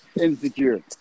Insecure